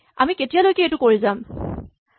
আমি কেতিয়ালৈকে এইটো কাম কৰি থাকিম